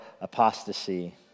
apostasy